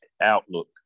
outlook